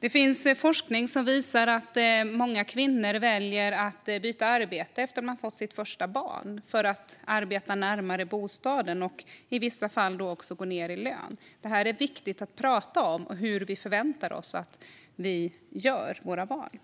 Det finns forskning som visar att många kvinnor väljer att byta arbete efter att de fått sitt första barn för att arbeta närmare bostaden och då i vissa fall också går ned i lön. Det här är viktigt att prata om - hur vi förväntar oss att vi gör med våra barn.